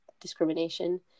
discrimination